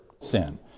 sin